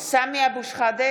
(קוראת בשמות חברי הכנסת) סמי אבו שחאדה,